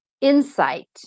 insight